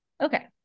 okay